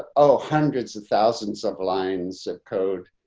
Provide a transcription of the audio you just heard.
oh, hundreds of thousands of lines of code.